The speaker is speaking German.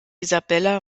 isabella